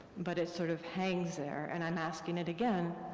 but it sort of hangs there, and i'm asking it again.